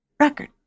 record